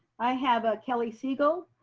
i have a kelly siegel.